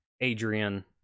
Adrian